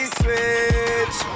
switch